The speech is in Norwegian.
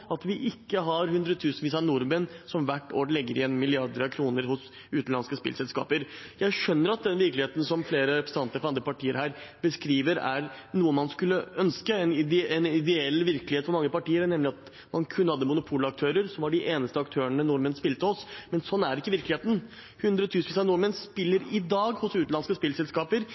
at vi ikke har hundretusenvis av nordmenn som hvert år legger igjen milliarder av kroner hos utenlandske spillselskaper. Jeg skjønner at den virkeligheten som flere representanter fra andre partier her beskriver er noe man skulle ønske, en ideell virkelighet for mange partier – nemlig at man kun hadde monopolaktører som var de eneste aktørene nordmenn spilte hos. Men sånn er ikke virkeligheten. Hundretusenvis av nordmenn spiller i dag hos utenlandske spillselskaper.